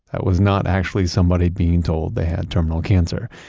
that was not actually somebody being told they had terminal cancer.